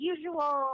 usual